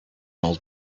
old